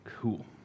Cool